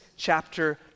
chapter